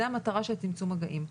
זו המטרה של צמצום מגעים.